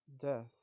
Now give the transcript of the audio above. death